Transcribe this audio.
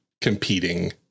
competing